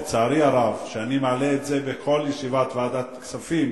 לצערי הרב אני מעלה את זה בכל ישיבת ועדת כספים